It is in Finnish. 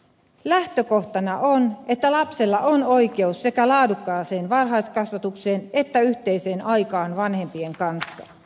lähtökohtana on että lapsella on oikeus sekä laadukkaaseen varhaiskasvatukseen että yhteiseen aikaan vanhempien kanssa